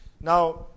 Now